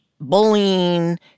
bullying